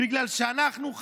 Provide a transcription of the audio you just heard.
בגלל שאנחנו,